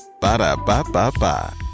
Ba-da-ba-ba-ba